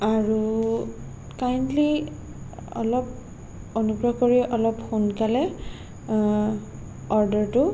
আৰু কাইন্দলি অলপ অনুগ্ৰহ কৰি অলপ সোনকালে অৰ্ডাৰটো